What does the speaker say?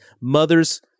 mother's